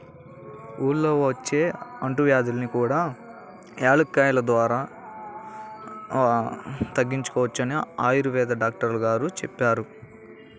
ఊళ్ళల్లో వచ్చే అంటువ్యాధుల్ని కూడా యాలుక్కాయాలు వాడి తగ్గించుకోవచ్చని ఆయుర్వేదం డాక్టరు గారు చెప్పారు